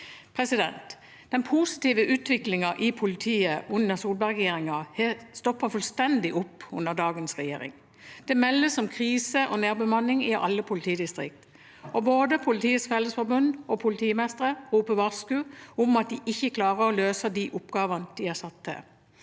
nevne noe. Den positive utviklingen i politiet under Solberg-regjeringen har stoppet fullstendig opp under dagens regjering. Det meldes om krise og nedbemanning i alle politidistrikter, og både Politiets Fellesforbund og politimestre roper varsku om at de ikke klarer å løse de oppgavene de er satt til.